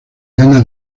ana